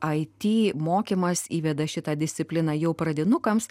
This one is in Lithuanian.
it mokymas įveda šitą discipliną jau pradinukams